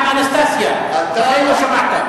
נפתחו 34,000 תיקים נגד קטינים עבריינים, מדוע זה